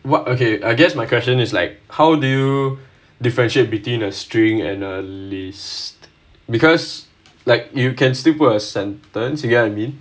what okay I guess my question is like how do you differentiate between a string and a list because like you can sleep worse and turns you get I mean